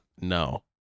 No